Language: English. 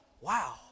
wow